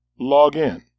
Login